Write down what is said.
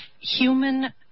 human